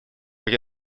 как